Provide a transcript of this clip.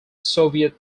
soviet